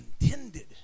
intended